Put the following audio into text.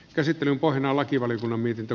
käsittelyn lakivaliokunnan mietintö